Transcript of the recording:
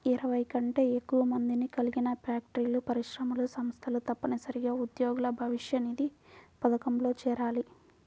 ఇరవై కంటే ఎక్కువ మందిని కలిగిన ఫ్యాక్టరీలు, పరిశ్రమలు, సంస్థలు తప్పనిసరిగా ఉద్యోగుల భవిష్యనిధి పథకంలో చేరాలి